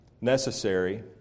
necessary